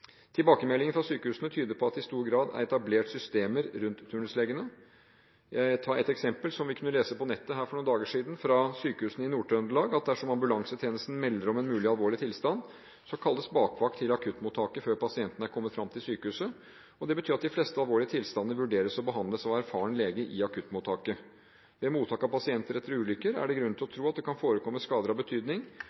Tilbakemeldingen fra sykehusene tyder på at det i stor grad er etablert systemer rundt turnuslegene. Jeg tar et eksempel som vi kunne lese på nettet her for noen dager siden fra sykehusene i Nord-Trøndelag: Dersom ambulansetjenesten melder om en mulig alvorlig tilstand, kalles bakvakt til akuttmottaket før pasienten er kommet fram til sykehuset. Det betyr at de fleste alvorlige tilstander vurderes og behandles av en erfaren lege i akuttmottaket. Ved mottak av pasienter etter ulykker der det er grunn til å tro at det kan forekomme skader av betydning,